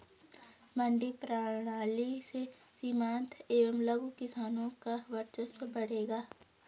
मंडी प्रणाली से सीमांत एवं लघु किसानों का वर्चस्व बढ़ेगा